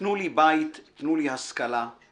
תנו לי בית / תנו לי השכלה /